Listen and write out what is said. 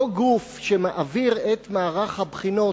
אותו גוף שמעביר את מערך הבחינות